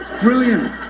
brilliant